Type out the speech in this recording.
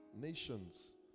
nations